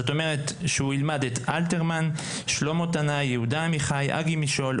זאת אומרת: הוא ילמד את אלתרמן; שלמה טנאי; יהודה עמיחי; אגי משעול;